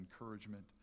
encouragement